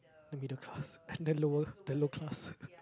the middle class under lower the low class